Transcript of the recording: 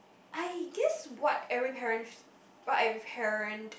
I guess what every parents what every parent